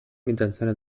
mitjançant